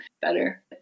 better